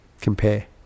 compare